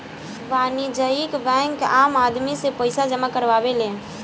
वाणिज्यिक बैंक आम आदमी से पईसा जामा करावेले